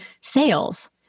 sales